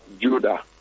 Judah